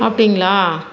அப்படிங்களா